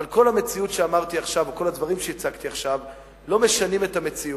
אבל כל הדברים שהצגתי עכשיו לא משנים את המציאות,